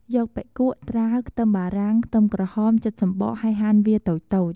យកបុិកួៈ ត្រាវ ខ្ទឹមបារាំង ខ្ទឹមក្រហម ចិតសំបកហើយហាន់វាតូចៗ។